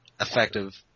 Effective